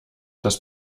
das